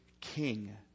king